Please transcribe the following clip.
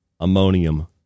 Ammonium